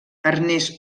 ernest